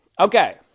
Okay